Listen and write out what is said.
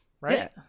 right